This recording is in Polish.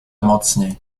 mocniej